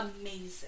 amazing